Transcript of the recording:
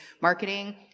marketing